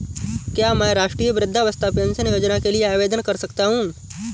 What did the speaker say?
क्या मैं राष्ट्रीय वृद्धावस्था पेंशन योजना के लिए आवेदन कर सकता हूँ?